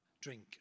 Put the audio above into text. drink